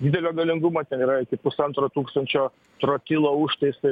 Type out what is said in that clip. didelio galingumo ten yra iki pusantro tūkstančio trotilo užtaisai